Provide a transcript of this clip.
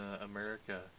America